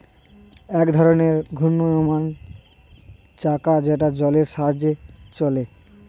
এক ধরনের ঘূর্ণায়মান চাকা যেটা জলের সাহায্যে চলে